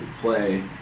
play